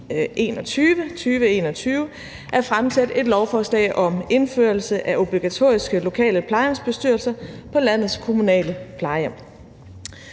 2021 at fremsætte et lovforslag om indførelse af obligatoriske lokale plejehjemsbestyrelser på landets kommunale plejehjem.